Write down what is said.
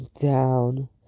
down